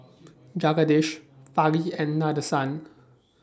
Jagadish Fali and Nadesan